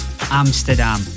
Amsterdam